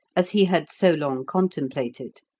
as he had so long contemplated.